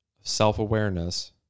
self-awareness